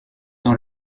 dans